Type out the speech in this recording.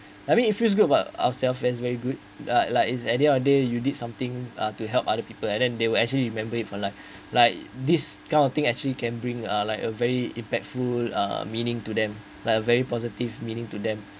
I mean it feels good about ourselves as very good uh like it's at the end of the day you did something to help other people and then they will actually remember it for life like this kind of thing actually can bring uh like a very impactful uh meaning to them like a very positive meaning to them